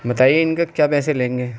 بتائیے ان کا کیا پیسے لیں گے